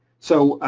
so,